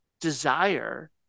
desire